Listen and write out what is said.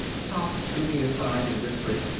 pop drew me aside and whispered,